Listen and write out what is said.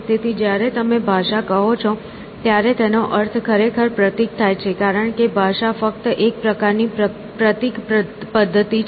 તેથી જ્યારે તમે ભાષા કહો છો ત્યારે તેનો અર્થ ખરેખર પ્રતીક થાય છે કારણ કે ભાષા ફક્ત એક પ્રકારની પ્રતીક પદ્ધતિ છે